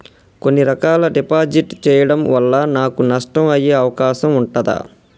కొన్ని రకాల డిపాజిట్ చెయ్యడం వల్ల నాకు నష్టం అయ్యే అవకాశం ఉంటదా?